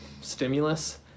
stimulus